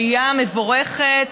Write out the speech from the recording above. עלייה מבורכת.